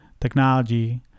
technology